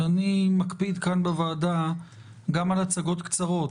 ואני מפקיד כאן בוועדה גם על הצגות קצרות,